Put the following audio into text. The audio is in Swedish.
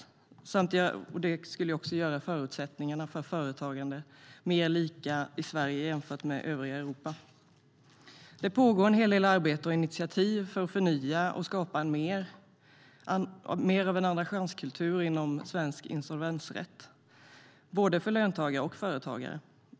Det skulle också göra förutsättningarna för företagande mer lika i Sverige jämfört med övriga Europa.Det pågår en hel del arbete och initiativ för att förnya och skapa mer av en andra-chans-kultur inom svensk insolvensrätt, både för löntagare och för företagare.